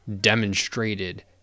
demonstrated